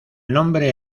nombre